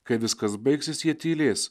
kai viskas baigsis jie tylės